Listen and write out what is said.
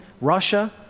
Russia